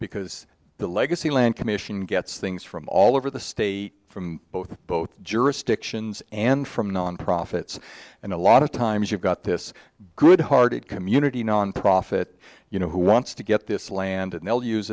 because the legacy land commission gets things from all over the state from both both jurisdictions and from non profits and a lot of times you've got this good hearted community nonprofit you know who wants to get this land and they'll use